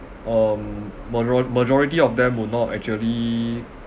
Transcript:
um maro~ majority of them would not actually